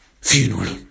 funeral